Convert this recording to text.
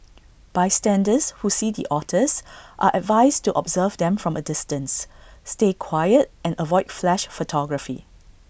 bystanders who see the otters are advised to observe them from A distance stay quiet and avoid flash photography